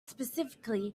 specifically